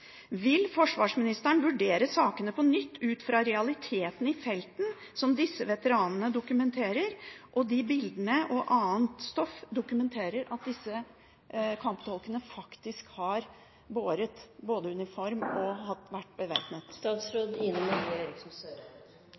Vil forsvarsministeren vurdere sakene på nytt ut fra realitetene i felten som disse veteranene dokumenterer, og ut fra bildene og annet stoff som dokumenterer at disse kamptolkene faktisk har både båret uniform og vært bevæpnet?